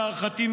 להערכתי,